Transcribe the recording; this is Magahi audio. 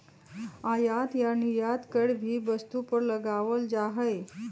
आयात या निर्यात कर भी वस्तु पर लगावल जा हई